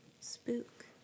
Spook